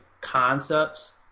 concepts